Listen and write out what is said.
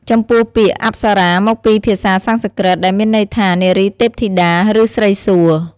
ចំពោះ ពាក្យ "អប្សរា" មកពីភាសាសំស្ក្រឹត ដែលមានន័យថា "នារីទេពធីតា" ឬ "ស្រីសួគ៌"។